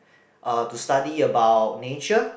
uh to study about nature